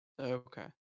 Okay